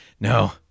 no